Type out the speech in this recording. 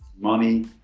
money